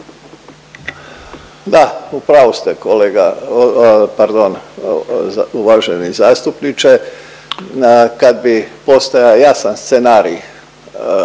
Da u pravu ste kolega, pardon uvaženi zastupniče, kad bi postojao jasni scenarij